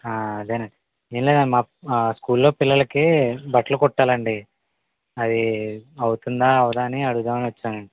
అదేనండి ఏంలేదమ్మా స్కూల్ లో పిల్లలకి బట్టలు కుట్టాలి అండి అది అవుతుందా అవ్వదా అని అడుగుదామని వచ్చానండి